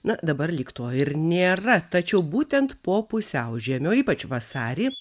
na dabar lyg to ir nėra tačiau būtent po pusiaužiemio ypač vasarį